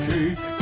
Cake